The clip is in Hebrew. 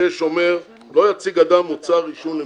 אומר: לא יציג אדם מוצר עישון למכירה.